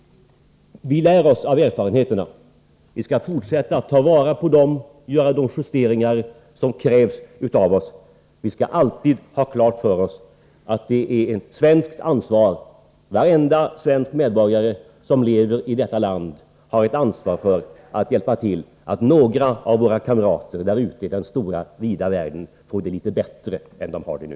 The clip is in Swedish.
Vi lär oss av erfarenheterna. Vi skall fortsätta att ta vara på dem och göra de justeringar som krävs av oss. Vi skall dock alltid ha klart för oss att varje människa som lever i vårt land har ett ansvar för att hjälpa till att några av våra kamrater där ute i den stora vida världen får det litet bättre än de har det nu.